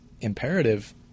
imperative